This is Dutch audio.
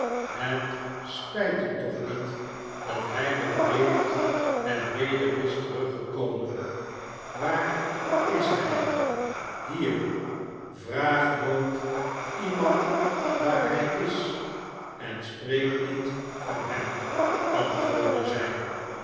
het spijt u toch niet dat hij nog leeft en weer is teruggekomen waar is hij hier vraag nooit iemand waar hij is en spreek niet van hem antwoordde zij